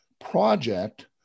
project